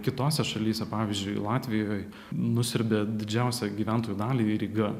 kitose šalyse pavyzdžiui latvijoj nusiurbia didžiausią gyventojų dalį ryga